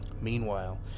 Meanwhile